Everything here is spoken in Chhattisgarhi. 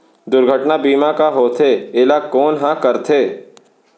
दुर्घटना बीमा का होथे, एला कोन ह करथे?